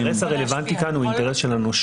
האינטרס הרלוונטי כאן הוא האינטרס של הנושים.